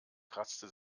kratzte